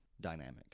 dynamic